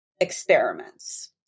experiments